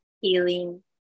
Healing